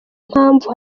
mpamvu